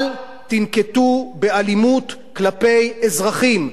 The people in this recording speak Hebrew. אל תנקטו אלימות כלפי אזרחים.